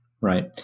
Right